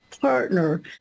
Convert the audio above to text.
partner